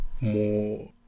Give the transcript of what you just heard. more